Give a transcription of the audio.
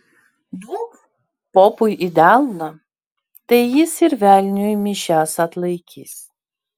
duok popui į delną tai jis ir velniui mišias atlaikys